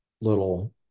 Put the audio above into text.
little